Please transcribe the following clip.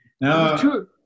No